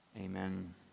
Amen